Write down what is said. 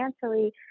financially